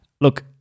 Look